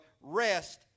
rest